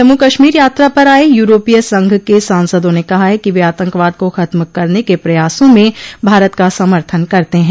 जम्मू कश्मीर यात्रा पर आए यूरोपीय संघ के सांसदों ने कहा है कि वे आतंकवाद को खत्म करने के प्रयासों में भारत का समर्थन करते हैं